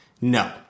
No